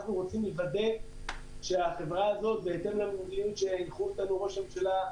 אנחנו רוצים לוודא שהחברה הזאת בהתאם למדיניות שהנחו אותנו ראש הממשלה,